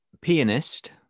pianist